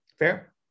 Fair